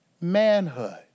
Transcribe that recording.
manhood